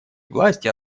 власти